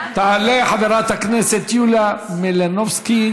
תעלה חברת הכנסת יוליה מלינובסקי.